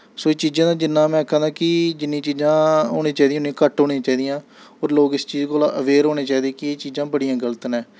सो एह् चीजें दा जिन्ना में आखा नां कि जिन्नी चीजां होनियां चाहि दियां उन्नियां घट्ट होनियां चाहि दियां होर लोग इस चीज कोला अवेयर होने चाहिदे कि एह् चीजां बड़ियां गल्त न